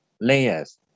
layers